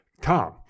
Tom